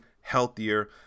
healthier